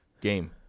game